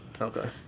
Okay